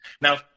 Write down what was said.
Now